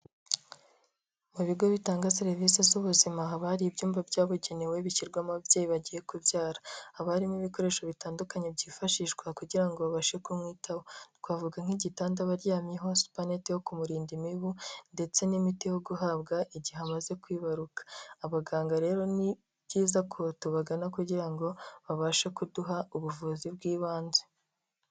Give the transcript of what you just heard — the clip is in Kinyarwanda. Mu bigo bitanga serivisi z'ubuzima, haba hari ibyumba byabugenewe bishyirwamo ababyeyi bagiye kubyara, haba harimo ibikoresho bitandukanye byifashishwa kugira ngo babashe kumwitaho, twavuga nk'igitanda aba aryamyeho supanete yo kumurinda imibu ndetse n'imiti yo guhabwa igihe amaze kwibaruka, abaganga rero ni byiza ko tubagana kugira ngo babashe kuduha ubuvuzi bw'ibanze.